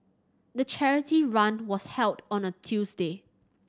the charity run was held on a Tuesday